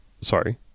sorry